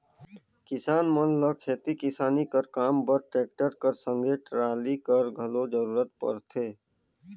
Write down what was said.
किसान मन ल खेती किसानी कर काम बर टेक्टर कर संघे टराली कर घलो जरूरत परथे